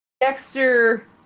Dexter